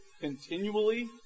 continually